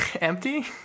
empty